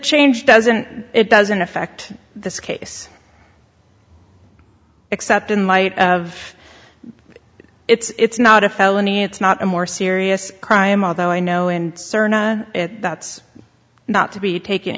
change doesn't it doesn't affect this case except in light of it's not a felony it's not a more serious crime although i know in crna that's not to be taken